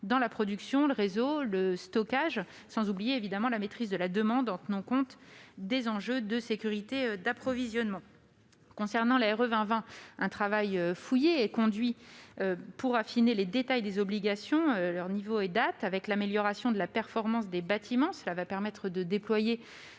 dans la production, le réseau, le stockage sans oublier la maîtrise de la demande, en tenant compte des enjeux de sécurité d'approvisionnement. Concernant la RE 2020, un travail fouillé est conduit pour affiner les détails des obligations- leur niveau et leur date d'entrée en vigueur. L'amélioration de la performance des bâtiments permettra de déployer